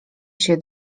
się